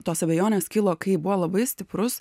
tos abejonės kilo kai buvo labai stiprus